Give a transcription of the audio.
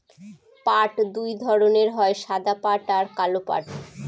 পাট দুই ধরনের হয় সাদা পাট আর কালো পাট